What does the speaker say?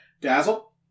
Dazzle